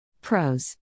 Pros